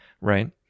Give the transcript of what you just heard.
right